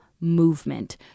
movement